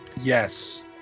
Yes